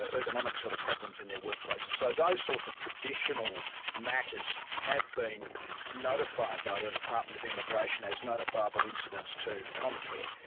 ah ergonomic sort of problems in their workplaces. so those sorts of traditional matters have been notified by the department of immigration as notifiable incidents to comcare.